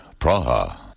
Praha